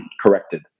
corrected